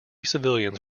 civilians